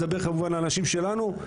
אני מדבר כמובן על אנשים שלנו,